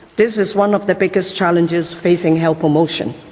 this is one of the biggest challenges facing health promotion.